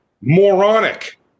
moronic